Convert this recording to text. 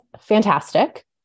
fantastic